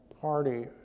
Party